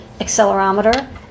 accelerometer